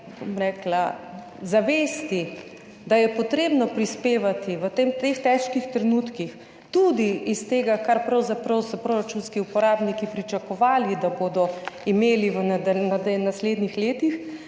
zavesti, da je treba prispevati v teh težkih trenutkih, tudi iz tega, kar so pravzaprav proračunski uporabniki pričakovali, da bodo imeli v naslednjih letih,